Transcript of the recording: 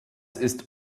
ist